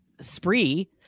spree